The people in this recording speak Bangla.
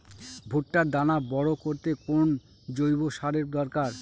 ভুট্টার দানা বড় করতে কোন জৈব সারের দরকার?